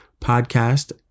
podcast